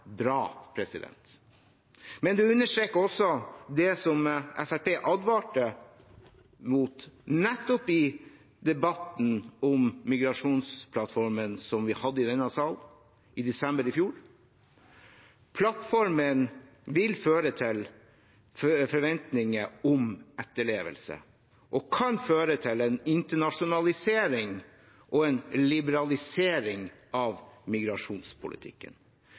bra. Men det understreker også det Fremskrittspartiet advarte mot, nettopp i debatten om migrasjonsplattformen som vi hadde i denne salen i desember i fjor: Plattformen vil føre til forventninger om etterlevelse, og kan føre til en internasjonalisering og liberalisering av migrasjonspolitikken.